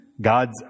God's